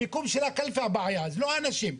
המיקום של הקלפי הוא הבעיה, לא האנשים.